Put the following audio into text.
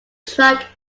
track